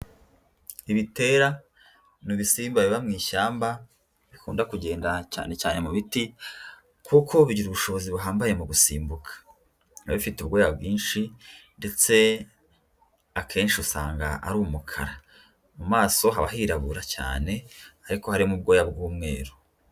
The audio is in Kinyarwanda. Ibitera ni ibisimba biba mu ishyamba, bikunda kugenda cyane cyane mu biti, kuko bigira ubushobozi buhambaye mu gusimbuka. Biba bifite ubwoya bwinshi ndetse akenshi usanga ari umukara. Mu maso haba hirabura cyane, ariko harimo ubwoya bw'umweru.